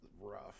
rough